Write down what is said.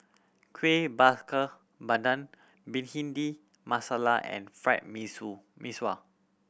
Kuih Bakar Pandan Bhindi Masala and fried mee Mee Sua